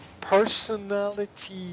personality